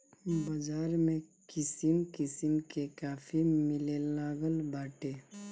बाज़ार में किसिम किसिम के काफी मिलेलागल बाटे